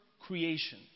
creation